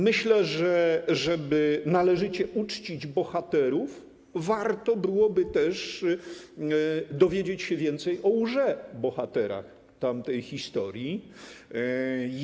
Myślę, że żeby należycie uczcić bohaterów, warto byłoby też dowiedzieć się więcej o łże-bohaterach tamtej historii.